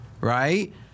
right